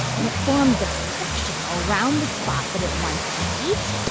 and it forms a suction around the spot that it wants to eat.